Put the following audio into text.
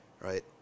Right